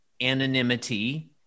anonymity